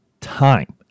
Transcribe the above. time